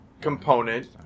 component